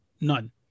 None